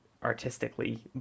artistically